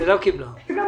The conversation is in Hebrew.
וגם